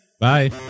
Bye